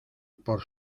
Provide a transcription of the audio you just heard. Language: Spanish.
por